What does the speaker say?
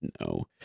No